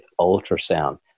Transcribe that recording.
ultrasound